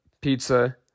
pizza